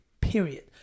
period